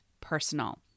personal